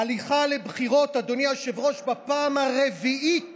הליכה לבחירות, אדוני היושב-ראש, בפעם הרביעית